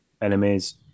enemies